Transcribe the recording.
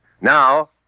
Now